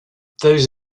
those